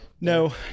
No